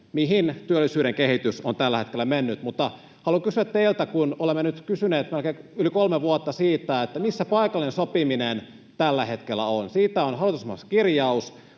mihin työllisyyden kehitys on tällä hetkellä mennyt. Mutta haluan kysyä teiltä, kun olemme nyt kysyneet yli kolme vuotta siitä: missä paikallinen sopiminen tällä hetkellä on? Siitä on hallitusohjelmassa kirjaus,